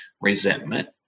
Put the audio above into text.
resentment